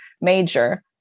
major